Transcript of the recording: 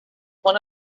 one